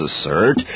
assert